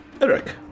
Eric